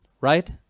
right